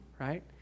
right